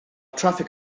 traffig